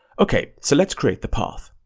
okay, so let's create the path.